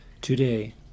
Today